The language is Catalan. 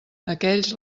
aquells